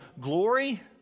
glory